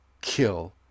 kill